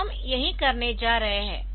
तो हम यही करने जा रहे है